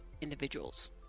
individuals